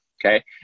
Okay